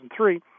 2003